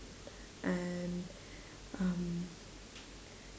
and um